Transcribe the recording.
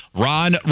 Ron